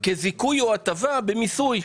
זיכוי או הטבה במיסוי.